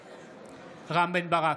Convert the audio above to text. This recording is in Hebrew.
בעד רם בן ברק,